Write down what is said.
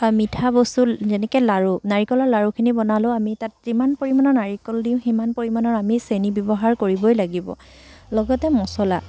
মিঠা বস্তু যেনেকৈ লাৰু নাৰিকলৰ লাৰুখিনি বনালেও আমি যিমান পৰিমাণৰ নাৰিকল দিওঁ সিমান পৰিমাণৰ আমি চেনি ব্যৱহাৰ কৰিবই লাগিব লগতে মছলা